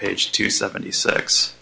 page two seventy six